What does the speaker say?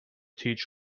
teach